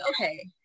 okay